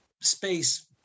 space